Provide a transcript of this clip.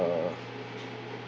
uh